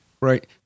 Right